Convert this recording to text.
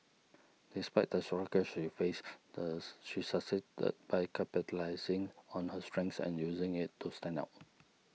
despite the struggles she faced thus she succeeded by capitalising on her strengths and using it to stand out